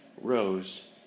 rose